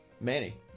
manny